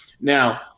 Now